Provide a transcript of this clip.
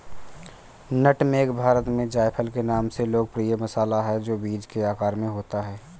नट मेग भारत में जायफल के नाम से लोकप्रिय मसाला है, जो बीज के आकार में होता है